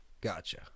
gotcha